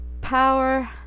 Power